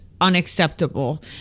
unacceptable